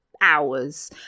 hours